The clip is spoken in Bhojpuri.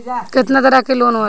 केतना तरह के लोन होला?